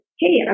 hey